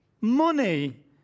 money